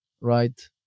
right